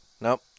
nope